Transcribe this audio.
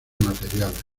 materiales